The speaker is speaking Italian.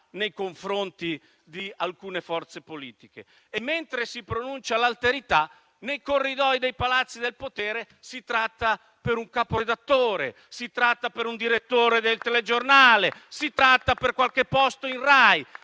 nei confronti di alcune forze politiche e mentre si pronuncia l'alterità, nei corridoi dei palazzi del potere si tratta per un capo redattore, per un direttore del telegiornale, per qualche posto in Rai.